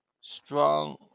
strong